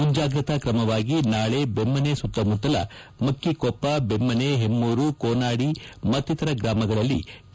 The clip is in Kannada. ಮುಂಜಾಗುತ್ತಾ ಕ್ರಮವಾಗಿ ನಾಳೆ ಬೆಮ್ದನೆ ಸುತ್ತಮತ್ತಲ ಮಕ್ಕಕೊಪ್ಪ ಬೆಮ್ನೆ ಹೆಮ್ದೂರು ಕೋನಾಡಿ ಮತ್ತಿತರ ಗ್ರಾಮಗಳಲ್ಲಿ ಕೆ